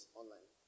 online